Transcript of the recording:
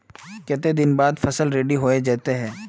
केते दिन बाद फसल रेडी होबे जयते है?